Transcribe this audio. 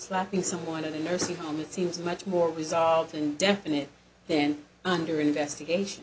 stopping someone in a nursing home it seems much more resolved and definite then under investigation